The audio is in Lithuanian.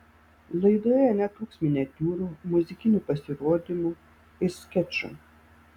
laidoje netruks miniatiūrų muzikinių pasirodymų ir skečų